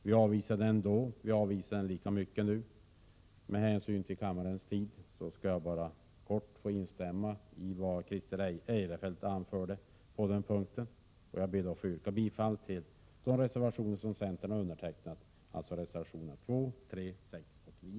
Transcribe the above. Vi avvisade den då, och vi avvisar den lika mycket nu. Med hänsyn till kammarens tid vill jag bara kort instämma i vad Christer Eirefelt anförde på den punkten. Jag ber att få yrka bifall till de reservationer som utskottets centerledamöter har undertecknat, alltså reservationerna 2, 3, 6 och 9.